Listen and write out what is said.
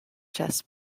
chess